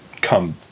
come